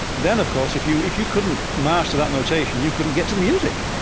then, of course, if you if you couldn't master that notation, you couldn't get to the music.